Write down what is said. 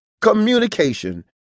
communication